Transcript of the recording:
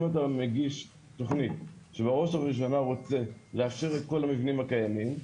אם אתה מגיש תוכנית שבראש ובראשונה רוצה לאשר את כל המבנים הקיימים,